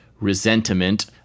resentment